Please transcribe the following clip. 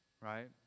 right